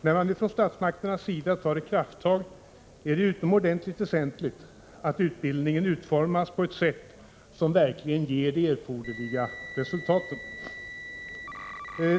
När man nu från statsmakternas sida tar ett krafttag är det utomordentligt väsentligt att utbildningen utformas på ett sätt som verkligen ger de erforderliga resultaten.